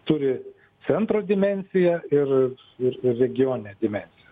turi centro dimensiją ir ir ir regioninę dimensiją